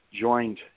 joined